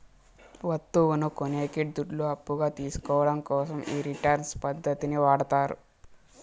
వత్తువును కొనేకి దుడ్లు అప్పుగా తీసుకోవడం కోసం ఈ రిటర్న్స్ పద్ధతిని వాడతారు